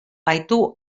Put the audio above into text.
baitu